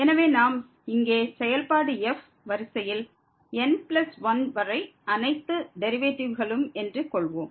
எனவே நாம் இங்கே செயல்பாடு f வரிசையில் n பிளஸ் 1 வரை அனைத்து டெரிவேட்டிவ்களும் இருக்கிறது என்று கொள்வோம்